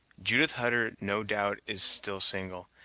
judith hutter no doubt is still single,